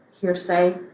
hearsay